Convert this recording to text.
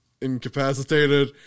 incapacitated